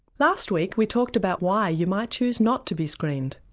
last week we talked about why you might choose not to be screened.